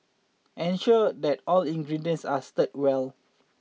ensure that all ingredients are stirred well